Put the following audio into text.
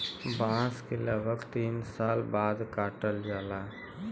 बांस के लगभग तीन साल बाद काटल जाला